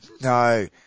No